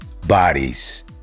bodies